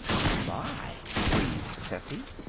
my! breathed tessie.